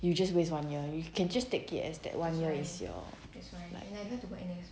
you just waste one year you can just take it as that one year as your